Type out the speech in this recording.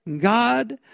God